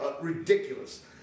ridiculous